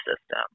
system